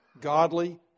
godly